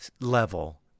level